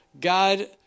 God